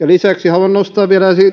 lisäksi haluan nostaa vielä